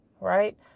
right